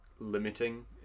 limiting